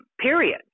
period